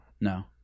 no